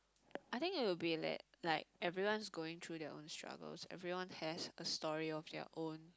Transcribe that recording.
I think it will be like like everyone's going through their own struggles everyone has a story of their own